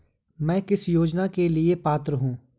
मैं किस योजना के लिए पात्र हूँ?